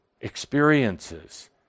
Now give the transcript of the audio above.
experiences